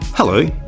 Hello